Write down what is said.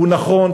הוא נכון,